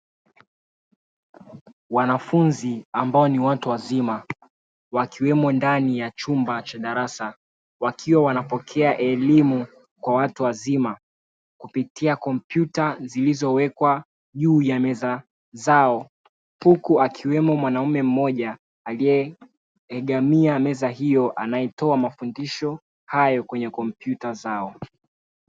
Wanafunzi ambao ni watu wazima wakiwemo ndani ya chumba cha darasa wakiwa wanapokea elimu kwa watu wazima kupitia kompyuta zilizowekwa juu ya meza zao huku akiwemo mwanaume mmoja aliyeegemea meza hiyo anayetoa mafundisho hayo kwenye kompyuta zao.